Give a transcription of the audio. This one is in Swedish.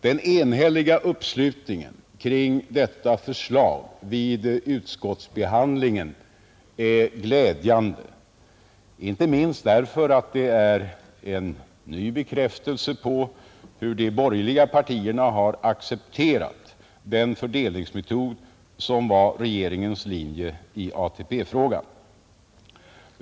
Den enhälliga uppslutningen kring detta förslag vid utskottsbehandlingen är glädjande, inte minst därför att det är en ny bekräftelse på hur de borgerliga partierna har accepterat den fördelningsmetod som var regeringens linje i ATP-frågan.